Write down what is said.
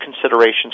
considerations